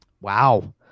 wow